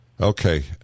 Okay